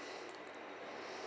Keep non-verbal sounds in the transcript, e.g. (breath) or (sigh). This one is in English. (breath)